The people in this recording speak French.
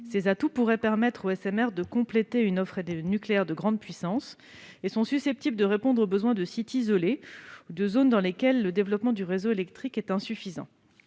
Ces atouts pourraient permettre aux SMR de venir compléter une offre nucléaire de grande puissance. Ils sont aussi susceptibles de répondre aux besoins de sites isolés ou de zones dans lesquelles le développement du réseau électrique est insuffisant.